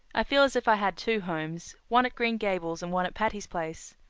i feel as if i had two homes one at green gables and one at patty's place.